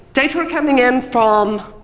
data are coming in from,